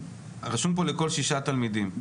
רשום פה לכל שישה תלמידים,